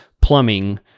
Plumbing